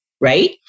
right